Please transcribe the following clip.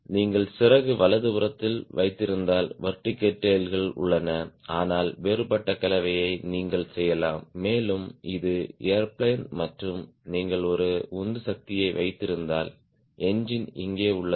நீங்கள் சிறகு வலதுபுறத்தில் வைத்திருந்தால் வெர்டிகல் டேய்ல் கள் உள்ளன ஆனால் வேறுபட்ட கலவையை நீங்கள் செய்யலாம் மேலும் இது ஏர்பிளேன் மற்றும் நீங்கள் ஒரு உந்துசக்தியை வைத்திருந்தால் என்ஜின் இங்கே உள்ளது